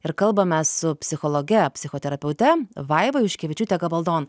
ir kalbamės su psichologe psichoterapeute vaiva juškevičiūte gabaldon